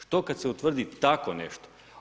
Što kada se utvrdi takvo nešto?